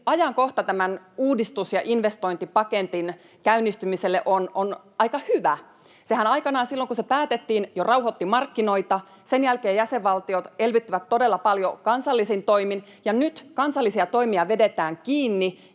ajankohta tämän uudistus- ja investointipaketin käynnistymiselle on aika hyvä. Sehän aikanaan silloin, kun se päätettiin, jo rauhoitti markkinoita. Sen jälkeen jäsenvaltiot elvyttivät todella paljon kansallisin toimin, ja nyt kansallisia toimia vedetään kiinni.